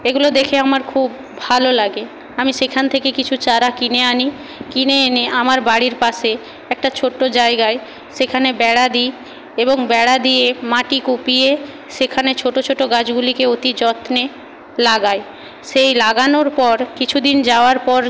এগুলো দেখে আমার খুব ভাল লাগে আমি সেখান থেকে কিছু চারা কিনে আনি কিনে এনে আমার বাড়ির পাশে একটা ছোট্ট জায়গায় সেখানে বেড়া দিই এবং বেড়া দিয়ে মাটি কুপিয়ে সেখানে ছোটো ছোটো গাছগুলিকে অতি যত্নে লাগাই সেই লাগানোর পর কিছু দিন যাওয়ার পর